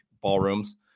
ballrooms